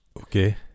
Okay